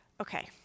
Okay